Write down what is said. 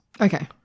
Okay